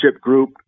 group